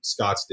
Scottsdale